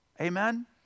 Amen